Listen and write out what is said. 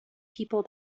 people